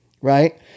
right